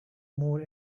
more